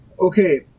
Okay